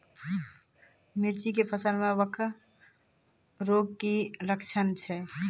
मिर्ची के फसल मे कवक रोग के की लक्छण छै?